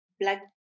black